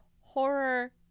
horror